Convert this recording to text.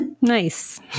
Nice